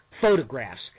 photographs